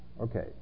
Okay